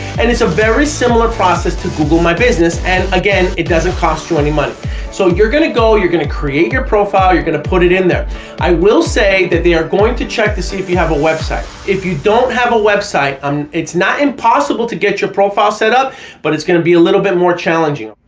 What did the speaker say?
and it's a very similar process to google my business and again it doesn't cost you any money so you're gonna go you're gonna create your profile you're gonna put it in there i will say that they are going to check to see if you have a website if you don't have a website um it's not impossible to get your profile set up but it's going to be a little bit more challenging,